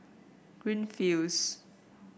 Greenfields